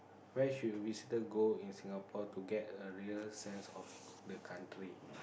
where should we still go in Singapore to get a real sense of the country